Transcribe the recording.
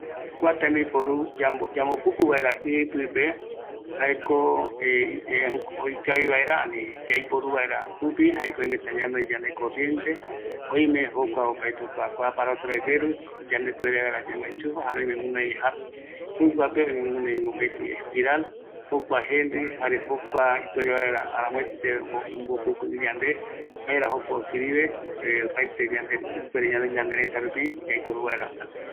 Kua ɨ imbopupua, ikaviyae, kuako yaiporu vaera öïmeta ñanoï electricidad, pɨpe kua oparavɨkɨ, öïme iyepota, jokua aramoete jaku supe, jaema ɨ opupu aramoete